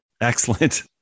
Excellent